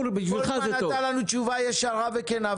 מדובר ב-25% מהאוכלוסייה הישראלית.